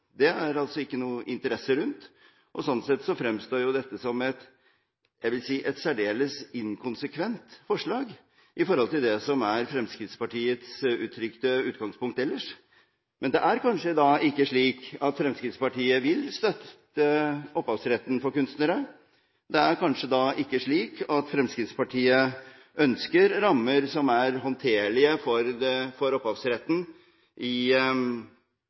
Det er det ikke noen interesse rundt, og sånn sett fremstår dette som – jeg vil si – et særdeles inkonsekvent forslag med tanke på det som er Fremskrittspartiets uttrykte utgangspunkt ellers. Men det er da kanskje ikke slik at Fremskrittspartiet vil støtte opphavsretten for kunstnere. Det er da kanskje ikke slik at Fremskrittspartiet ønsker rammer som er håndterlige for opphavsretten når det gjelder den inntjeningen kunstnere skal kunne ha. I